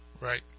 Right